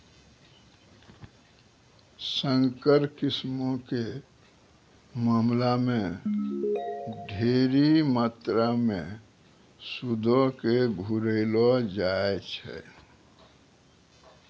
संकर किस्मो के मामला मे ढेरी मात्रामे सूदो के घुरैलो जाय छै